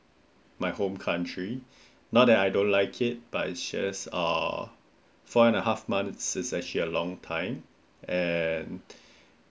my home country not that I don't like it but just uh four and a half is such a long time and